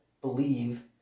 believe